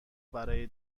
برای